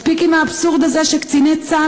מספיק עם האבסורד הזה שקציני צה"ל